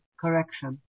correction